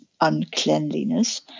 uncleanliness